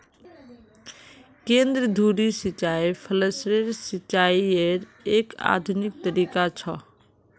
केंद्र धुरी सिंचाई फसलेर सिंचाईयेर एक आधुनिक तरीका छ